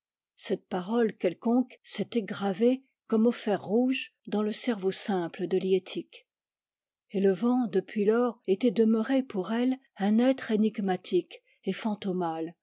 cette parole quelconque s'était gravée comme au fer rouge dans le cerveau simple de liettik et le vent depuis lors était demeuré pour elle un être énigmatique et fantomal